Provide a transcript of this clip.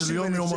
יוחננוף,